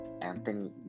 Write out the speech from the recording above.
Anthony